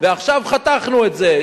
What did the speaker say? ועכשיו חתכנו את זה.